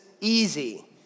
easy